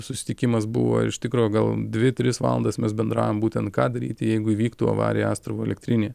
susitikimas buvo ir iš tikro gal dvi tris valandas mes bendravom būtent ką daryti jeigu įvyktų avarija astravo elektrinėje